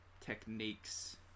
techniques